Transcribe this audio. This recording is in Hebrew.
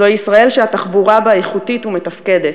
זו ישראל שהתחבורה בה איכותית ומתפקדת,